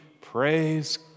praise